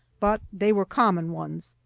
but they were common ones.